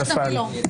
נפל.